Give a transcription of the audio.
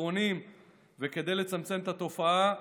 לצמצם את התופעה,